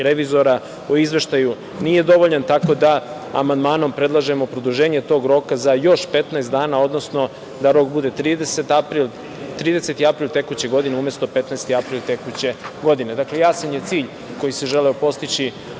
revizora o izveštaju nije dovoljan, tako da amandmanom predlažemo produženje tog roka za još 15 dana, odnosno da rok bude 30. april tekuće godine umesto 15. april tekuće godine. Dakle, jasan je cilj koji se želeo postići